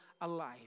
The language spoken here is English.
alive